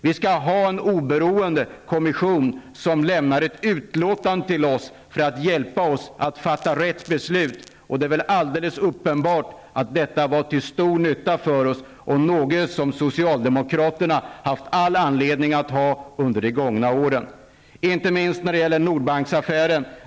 Vi skall ha en oberoende kommission som lämnar ett utlåtande till oss för att hjälpa oss med att fatta rätt beslut. Det är väl alldeles uppenbart att det var till stor nytta för oss och att det var något som socialdemokraterna skulle ha haft all anledning att ha under de gångna åren -- inte minst när det gäller Nordbanksaffären.